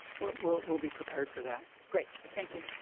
we'll we'll be prepared for that. great, thank you.